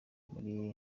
muri